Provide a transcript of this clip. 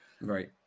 Right